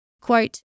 Quote